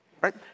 Right